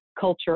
culture